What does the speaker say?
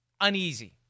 uneasy